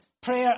Prayer